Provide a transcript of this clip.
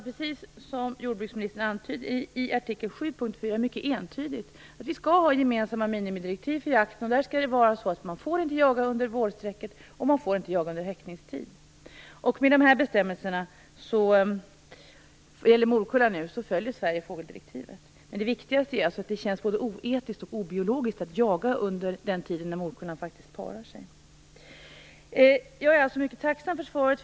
Precis som jordbruksministern antydde står det i artikel 7 punkt 4 mycket entydigt att vi skall ha gemensamma minimidirektiv för jakt. Man får inte jaga under vårsträcket, och inte under häckningstid. Med dessa bestämmelser för morkullan följer Sverige fågeldirektivet. Det viktigaste är dock att det känns både oetiskt och obiologiskt att jaga under den tid då morkullan faktiskt parar sig. Jag är mycket tacksam för svaret.